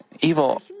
evil